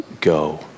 go